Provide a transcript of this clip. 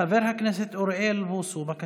חבר הכנסת אוריאל בוסו, בבקשה.